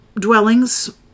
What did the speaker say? dwellings